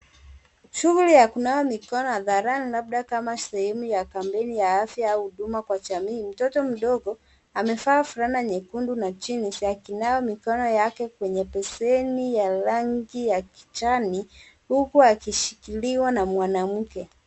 Shughuli ya kunawa mikono hadharani labda kama sehemu ya kampeni ya afya au huduma kwa jamii. Mtoto mdogo amevaa fulana nyekundu na jeans akinawa mikono yake kwenye beseni ya rangi ya kijani huku akishikiliwa na mwanamke.